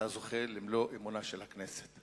אתה זוכה למלוא אמונה של הכנסת.